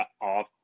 off